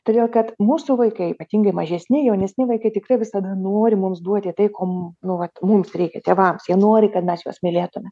todėl kad mūsų vaikai ypatingai mažesni jaunesni vaikai tikrai visada nori mums duoti tai ko mum nu vat mums reikia tėvams jie nori kad mes juos mylėtume